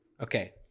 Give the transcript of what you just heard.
Okay